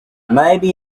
maybe